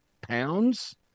pounds